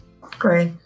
Great